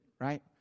right